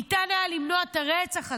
ניתן היה למנוע את הרצח הזה.